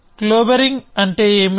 clobbering అంటే ఏమిటి